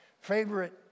favorite